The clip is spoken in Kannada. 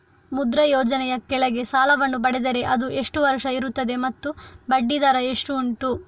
ಮುದ್ರಾ ಯೋಜನೆ ಯ ಕೆಳಗೆ ಸಾಲ ವನ್ನು ಪಡೆದರೆ ಅದು ಎಷ್ಟು ವರುಷ ಇರುತ್ತದೆ ಮತ್ತು ಬಡ್ಡಿ ದರ ಎಷ್ಟು ಉಂಟು?